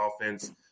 offense